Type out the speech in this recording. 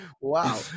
Wow